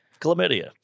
chlamydia